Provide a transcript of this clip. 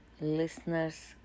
listeners